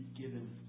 given